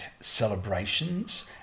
celebrations